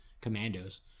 commandos